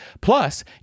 Plus